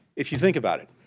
if you think about it,